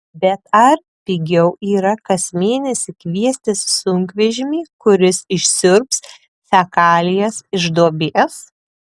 bet ar pigiau yra kas mėnesį kviestis sunkvežimį kuris išsiurbs fekalijas iš duobės